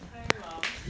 hi mum